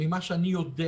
ממה שאני יודע